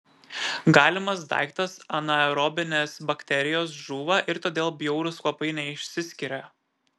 galimas daiktas anaerobinės bakterijos žūva ir todėl bjaurūs kvapai neišsiskiria